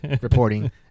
reporting